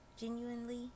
genuinely